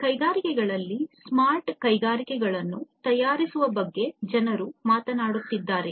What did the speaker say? ಕೈಗಾರಿಕೆಗಳಲ್ಲಿ ಸ್ಮಾರ್ಟ್ ಕಾರ್ಖಾನೆಗಳನ್ನು ತಯಾರಿಸುವ ಬಗ್ಗೆ ಜನರು ಮಾತನಾಡುತ್ತಿದ್ದಾರೆ